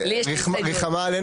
רגע לכנס את כל מה שלמדנו כאן,